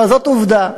אבל זאת עובדה.